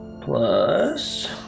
plus